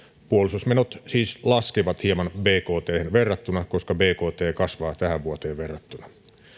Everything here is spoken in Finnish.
puolustusmenot siis laskevat hieman bkthen verrattuna koska bkt kasvaa tähän vuoteen verrattuna